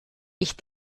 ich